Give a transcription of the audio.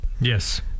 Yes